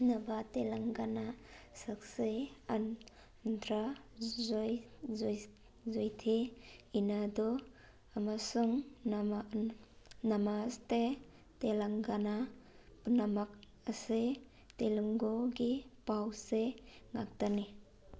ꯅꯚꯥ ꯇꯦꯂꯪꯒꯅꯥ ꯁꯛꯁꯦ ꯑꯟꯗ꯭ꯔ ꯖꯣꯏ ꯖꯣꯏꯁ ꯖꯣꯏꯊꯤ ꯏꯟꯅꯥꯗꯣ ꯑꯃꯁꯨꯡ ꯅꯃꯁꯇꯦ ꯇꯦꯂꯪꯒꯅꯥ ꯄꯨꯝꯅꯃꯛ ꯑꯁꯤ ꯇꯦꯂꯨꯡꯒꯨꯒꯤ ꯄꯥꯎꯆꯦ ꯉꯥꯛꯇꯅꯤ